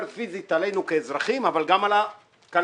פיזית עלינו האזרחים אבל גם על הכלכלה,